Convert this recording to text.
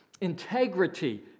integrity